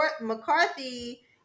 McCarthy